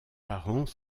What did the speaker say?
parents